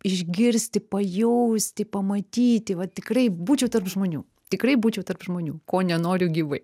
išgirsti pajausti pamatyti va tikrai būčiau tarp žmonių tikrai būčiau tarp žmonių ko nenoriu gyvai